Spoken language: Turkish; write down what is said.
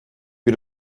bir